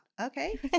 Okay